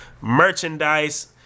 merchandise